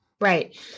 Right